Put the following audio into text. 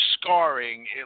scarring